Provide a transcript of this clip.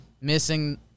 missing